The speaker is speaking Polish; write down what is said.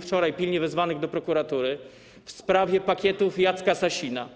wczoraj pilnie wezwanych do prokuratury w sprawie pakietów Jacka Sasina.